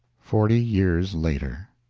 forty years later